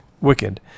wicked